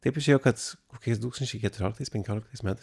taip išėjo kad kokiais du tūkstančiai keturioliktais penkioliktais metais